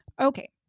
Okay